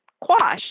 quash